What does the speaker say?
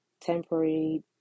temporary